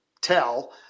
tell